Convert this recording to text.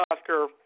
Oscar